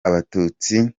abatutsi